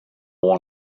one